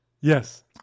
Yes